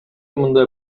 мындай